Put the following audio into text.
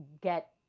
get